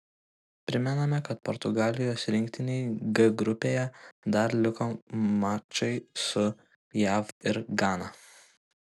primename kad portugalijos rinktinei g grupėje dar liko mačai su jav ir gana